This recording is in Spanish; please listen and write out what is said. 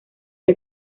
que